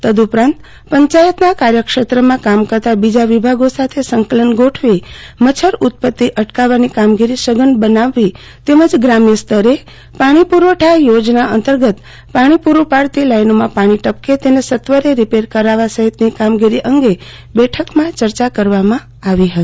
તદ ઉપરાંત પચાયતના કાર્યક્ષત્રમાં કામ કરતા બીજા વિભાગો સાથે સંકલન ગોઠવી મચ્છર ઉત્પતિ અટકાવવાની કામગીરી સઘન બનાવવી તેમજ ગ્રામ્યસ્તરે પાણી પુરવઠાનું યોજના અંતર્ગત પાણી પૂર્ટ્ પાડતી સંસ્થાઓમાં પાણી ટપકે તેને સત્વરે રીપેર કરાવવા સહિતની કામગીરી અંગે બેઠકમાં ચર્ચા કરવમાં આવી હતી